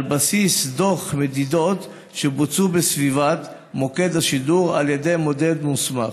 על בסיס דוח ממדידות שנעשו בסביבת מוקד השידור על ידי מודד מוסמך.